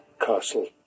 castle